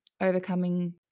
overcoming